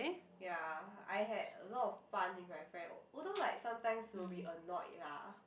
ya I had a lot of fun with my friend although like sometimes will be annoyed lah